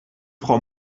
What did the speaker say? frau